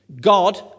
God